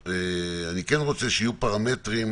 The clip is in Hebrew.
אני כן רוצה שיהיו פרמטרים.